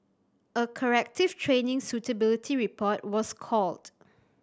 a corrective training suitability report was called